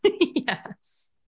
Yes